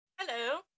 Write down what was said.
Hello